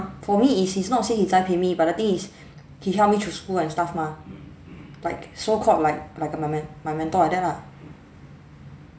for me is he's not say he 栽培 me but the thing is he helped me through school and stuff mah like so called like like my m~ my mentor like that lah